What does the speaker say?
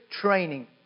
training